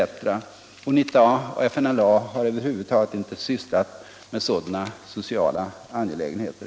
UNITA och FNLA har över huvud taget inte sysslat med sådana sociala angelägenheter.